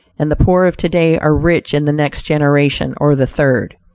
and the poor of to-day are rich in the next generation, or the third.